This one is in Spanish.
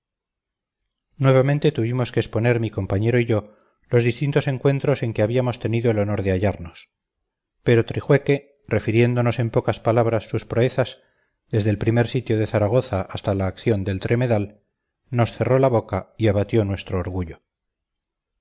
nuevamente tuvimos que exponer mi compañero y yo los distintos encuentros en que habíamos tenido el honor de hallarnos pero trijueque refiriéndonos en pocas palabras sus proezas desde el primer sitio de zaragoza hasta la acción del tremedal nos cerró la boca y abatió nuestro orgullo